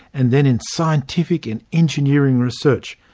and then in scientific and engineering research,